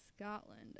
Scotland